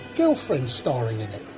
girlfriend's starring in it.